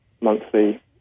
monthly